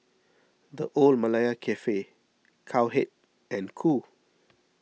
the Old Malaya Cafe Cowhead and Qoo